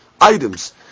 items